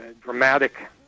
dramatic